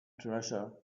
treasure